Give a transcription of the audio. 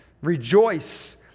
Rejoice